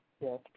Yes